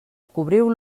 cobriu